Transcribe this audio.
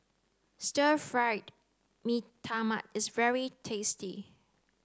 stir fried Mee Tai Mak is very tasty